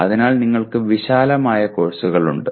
അതിനാൽ നിങ്ങൾക്ക് വിശാലമായ കോഴ്സുകൾ ഉണ്ട്